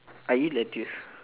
I eat lettuce